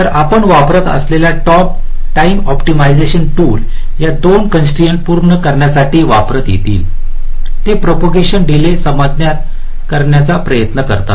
तर आपण वापरत असलेली टाईम ओप्टिमिझशन टूल्स या 2 कॉन्स्ट्राइन्ट पूर्ण करण्यासाठी वापरता येतील ते प्रोपोगेशन डीले समायोजित करण्याचा प्रयत्न करतात